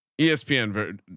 ESPN